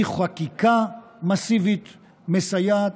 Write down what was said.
מחקיקה מסיבית מסייעת,